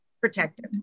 protected